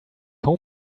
home